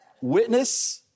witness